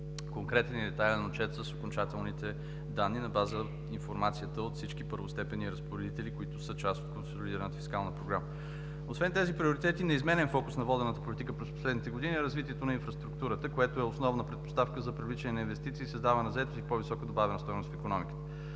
конкретния и детайлен отчет с окончателните данни на база информацията от всички първостепенни разпоредители, които са част от консолидираната фискална програма. Освен тези приоритети, неизменен фокус на водената политика през последните години е развитието на инфраструктурата, което е основна предпоставка за привличане на инвестиции, създаване на заетост и по-висока добавена стойност в икономиката.